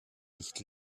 nicht